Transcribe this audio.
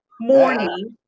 morning